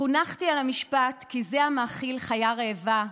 חונכתי על המשפט כי זה המאכיל חיה רעבה,